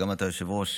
גם אתה, היושב-ראש,